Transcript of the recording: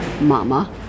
mama